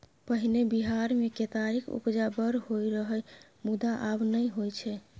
पहिने बिहार मे केतारीक उपजा बड़ होइ रहय मुदा आब नहि होइ छै